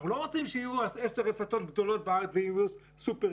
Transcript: אנחנו לא רוצים שיהיו עשר רפתות גדולות בארץ שיהיו סופר-יעילות,